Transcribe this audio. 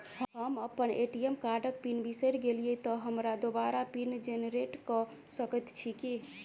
हम अप्पन ए.टी.एम कार्डक पिन बिसैर गेलियै तऽ हमरा दोबारा पिन जेनरेट कऽ सकैत छी की?